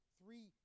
three